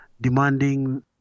demanding